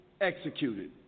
executed